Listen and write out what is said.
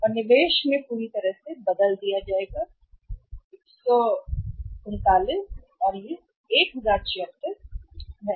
और निवेश में पूरी तरह से बदल दिया जाएगा 139 और यह 1076 सही है